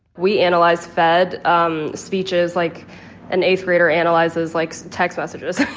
we analyze fed um speeches like an eighth grader analyzes, like, text messages,